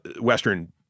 western